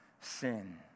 sin